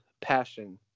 passion